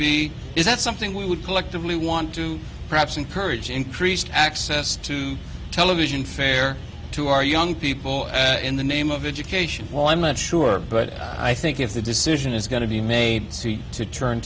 be is that something we would collectively want to perhaps encourage increased access to television fare to our young people and in the name of education well i'm not sure but i think if the decision is going to be made to turn